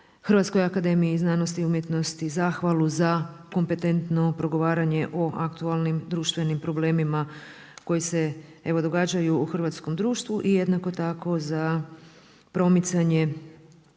HDZ-a, kluba HZD-a. upućujem HAZU zahvalu za kompetentno progovaranje o aktualnim društvenim problemima koji se evo događaju u hrvatskom društvu i jednako tako za promicanje